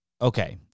okay